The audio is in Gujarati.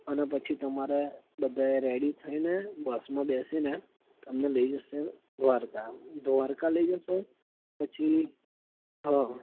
અન પછી તમારે બધાએ રેડી થઈને બસમાં બેસીને તમને લઈ જશે દ્વારકા દ્વારકા લઈ જશે પછી હ